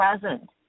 present